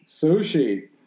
Sushi